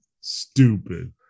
Stupid